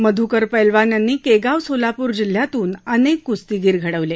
मध्कर पैलवान यांनी केगाव सोलापूर जिल्यातून अनेक क्स्तीगीर घ वले